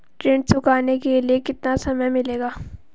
ऋण चुकाने के लिए कितना समय मिलेगा?